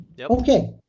okay